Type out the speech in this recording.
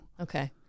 Okay